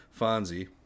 Fonzie